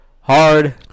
hard